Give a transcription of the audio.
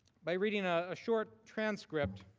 by reading a short transcript,